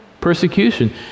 persecution